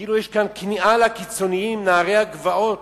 כאילו יש כאן כניעה לקיצונים, לנערי הגבעות,